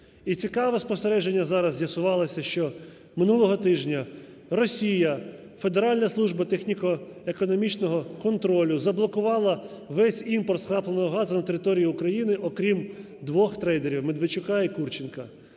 І цікаве спостереження, зараз з'ясувалось, що минулого тижня Росія, Федеральна служба техніко-економічного контролю заблокувала весь імпорт скрапленого газу на території України, окрім двох трейдерів – Медведчука і Курченка.